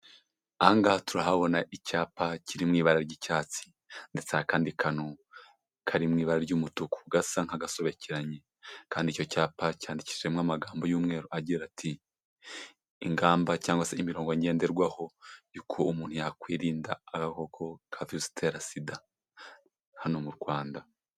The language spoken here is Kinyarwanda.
Aha ngaha turahabona icyapa kiri mu ibara ry'icyatsi. Ndetse hari akandi kantu kari mu ibara ry'umutuku gasa nk'agasobekeranye. Kandi icyo cyapa cyandikishijemo amagambo y'umweru agira ati: "Ingamba cyangwa se imirongo ngenderwaho y'uko umuntu yakwirinda agakoko ka virusi itera SIDA. Hano mu Rwanda."